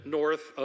north